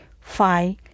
five